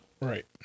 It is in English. Right